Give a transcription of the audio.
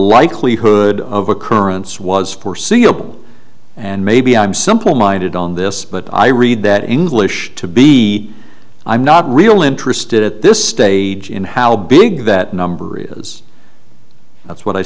likelihood of occurrence was foreseeable and maybe i'm simple minded on this but i read that english to be i'm not real interested at this stage in how big that number is that's what i